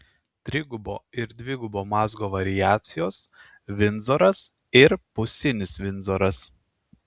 trigubo ir dvigubo mazgo variacijos vindzoras ir pusinis vindzoras